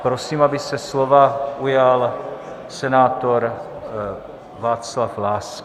Prosím, aby se slova ujal senátor Václav Láska.